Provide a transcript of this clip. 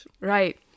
right